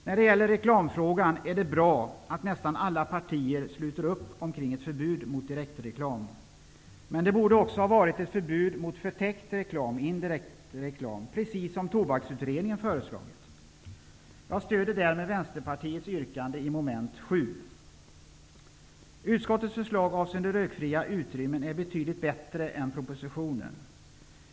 När det gäller reklamfrågan är det bra att nästan alla partier sluter upp omkring ett förbud mot direktreklam, men det borde också ha varit ett förbud mot förtäckt reklam, indirekt reklam, precis som Tobaksutredningen föreslagit. Jag stöder därmed Vänsterpartiets yrkande i mom. 7. Utskottets förslag avseende rökfria utrymmen är betydligt bättre än propositionens.